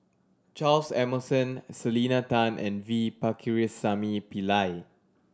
Charles Emmerson Selena Tan and V Pakirisamy Pillai